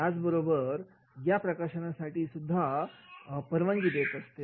याचबरोबर याच्या प्रकाशनासंदर्भात सुद्धा परवानगी देत असते